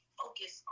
focus